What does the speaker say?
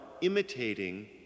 imitating